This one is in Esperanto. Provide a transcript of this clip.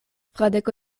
fradeko